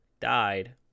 died